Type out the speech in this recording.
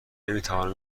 نمیتوانم